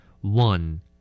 One